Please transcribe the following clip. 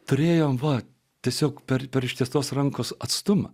turėjome va tiesiog per per ištiestos rankos atstumą